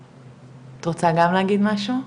את רוצה גם להגיד משהו?